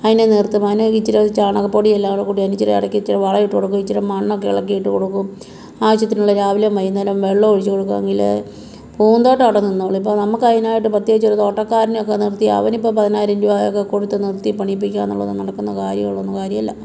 അതിനെ ഇച്ചിരി അത് ചാണകപ്പൊടിയെല്ലാം കൂടെ കൂട്ടി അതിനിച്ചിരി ഇടക്കിച്ചിരി വളം ഇട്ട് കൊടുത്ത് ഇച്ചിരി മണ്ണൊക്കെ ഇളക്കി ഇട്ട് കൊടുക്കും ആവശ്യത്തിനുള്ള രാവിലെയും വൈകുന്നേരവും വെള്ളമൊഴിച്ച് കൊടുക്കുമെങ്കിൽ പൂന്തോട്ടം അവിടെ നിന്നോളും ഇപ്പം നമ്മക്കതിനായിട്ട് പ്രത്യേകിച്ച് അതിനായിട്ട് ഒരു തോട്ടക്കാരനെയൊക്കെ നിർത്തി അവനിപ്പം പതിനായിരം രൂപയൊക്കെ കൊടുത്ത് നിർത്തി പണിയിപ്പിക്കുക എന്നുള്ളത് നടക്കുന്ന കാര്യോള്ളന്ന കാര്യമല്ല